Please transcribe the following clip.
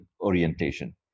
orientation